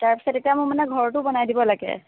তাৰপিছত এতিয়া মই মানে ঘৰটো বনাই দিব লাগে